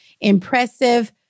Impressive